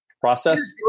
process